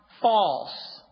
false